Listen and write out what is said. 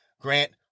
grant